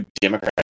Democrat